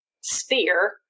sphere